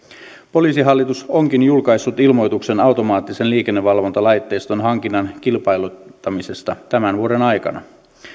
poliisihallitus onkin julkaissut ilmoituksen automaattisen liikennevalvontalaitteiston hankinnan kilpailuttamisesta tämän vuoden aikana